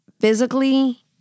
physically